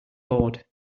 board